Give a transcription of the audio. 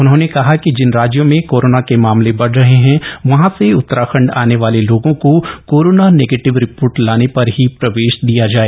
उन्होंने कहा कि जिन राज्यों में कोरोना के मामले बढ़ रहे हैं वहां से उत्तराखंड आने वाले लोगों को कोरोना नेगेटिव रिपोर्ट लाने पर ही प्रवेश दिया जाए